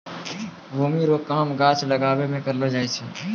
भूमि रो काम गाछ लागाबै मे करलो जाय छै